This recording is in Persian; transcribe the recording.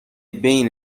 بین